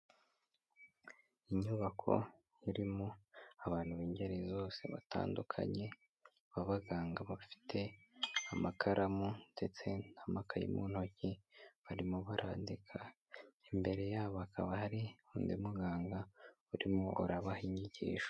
Inyubako irimo abantu b'ingeri zose batandukanye, b'abaganga bafite amakaramu, ndetse n'amakayi mu ntoki, barimo barandika, imbere yabo hakaba hari undi muganga urimo urabaha inyigisho.